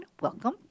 Welcome